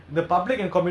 orh